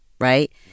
right